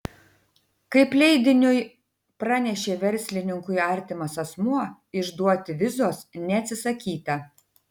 kaip leidiniui pranešė verslininkui artimas asmuo išduoti vizos neatsisakyta